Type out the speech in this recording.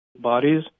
bodies